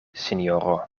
sinjoro